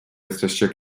jesteście